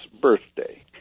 birthday